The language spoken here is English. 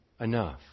enough